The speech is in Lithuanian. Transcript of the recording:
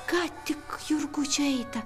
ką tik jurgučio eita